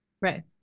Right